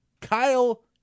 Kyle